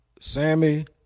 sammy